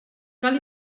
cal